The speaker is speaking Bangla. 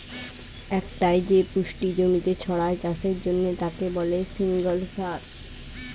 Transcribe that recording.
একটাই যে পুষ্টি জমিতে ছড়ায় চাষের জন্যে তাকে বলে সিঙ্গল সার